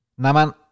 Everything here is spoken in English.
Naman